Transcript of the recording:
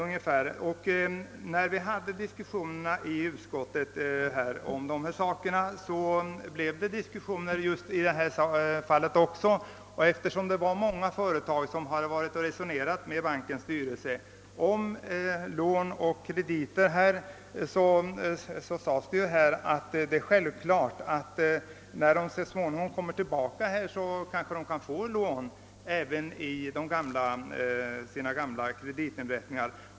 När vi behandlade dessa frågor i utskottet blev det diskussion också på denna punkt. Eftersom många företag har resonerat med bankens styrelse om lån och krediter, är det sannolikt, sades det, att de, när de så småningom kommer tillbaka, meddelar att de kan få lån även i sina gamla kreditinrättningar.